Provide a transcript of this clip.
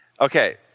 Okay